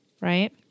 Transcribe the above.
Right